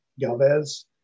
Galvez